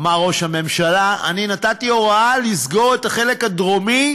אמר ראש הממשלה: נתתי הוראה לסגור את החלק הדרומי